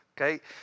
okay